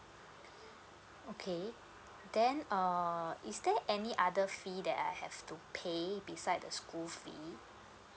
okay then uh is there any other fee that I have to pay beside the school fee